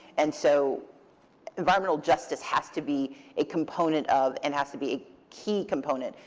and so environmental justice has to be a component of and has to be a key component.